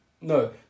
No